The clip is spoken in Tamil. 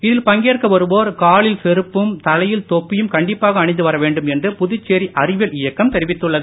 இதில் பங்கேற்க வருவோர் காலில் செறுப்பும் தலையில் தொப்பியும் கண்டிப்பாக அணிந்து வர வேண்டும் என்று புதுச்சேரி அறிவியல் இயக்கம் தெரிவித்துள்ளது